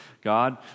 God